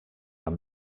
amb